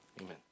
Amen